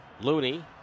Looney